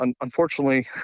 unfortunately